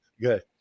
Good